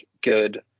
good